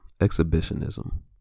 exhibitionism